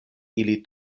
ili